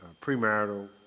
premarital